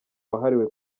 wahariwe